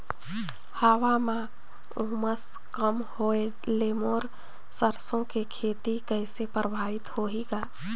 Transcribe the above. हवा म उमस कम होए ले मोर सरसो के खेती कइसे प्रभावित होही ग?